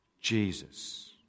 Jesus